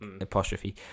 apostrophe